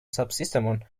subsystem